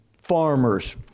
farmers